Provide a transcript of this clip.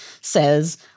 says